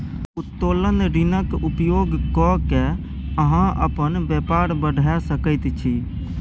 उत्तोलन ऋणक उपयोग क कए अहाँ अपन बेपार बढ़ा सकैत छी